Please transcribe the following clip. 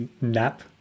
nap